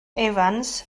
evans